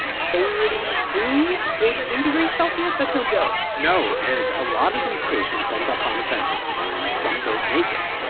forty two forty two degrees celsius. that's no joke no. and a lot of these patients end up on a ventilator, and some don't make it.